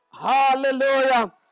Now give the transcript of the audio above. Hallelujah